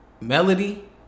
melody